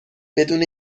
بدون